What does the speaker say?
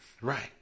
Right